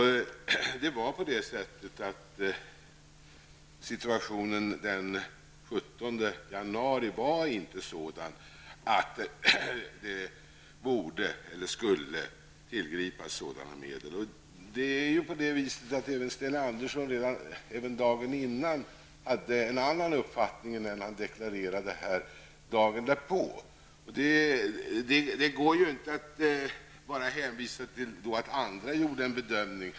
Situationen den 17 januari var inte sådan att militära medel skulle tillgripas. Sten Andersson hade dagen innan en annan uppfattning än den han deklarerade här dagen därpå. Det går då inte att bara hänvisa till att andra gjorde en bedömning.